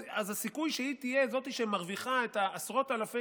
הסיכוי שהיא תהיה זאת שמרוויחה את עשרות אלפי